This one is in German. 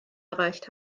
erreicht